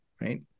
right